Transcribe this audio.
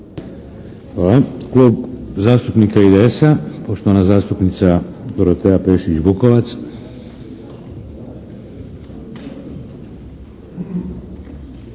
Hvala. Klub zastupnika IDS-a, poštovana zastupnica Dorotea Pešić-Bukovac.